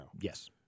Yes